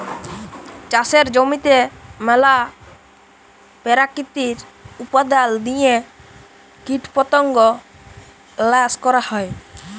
চাষের জমিতে ম্যালা পেরাকিতিক উপাদাল দিঁয়ে কীটপতঙ্গ ল্যাশ ক্যরা হ্যয়